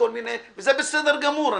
וזה בסדר גמור.